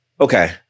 Okay